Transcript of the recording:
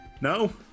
No